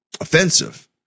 offensive